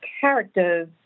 characters